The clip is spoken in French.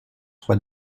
soi